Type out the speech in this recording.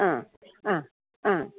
ആ ആ ആ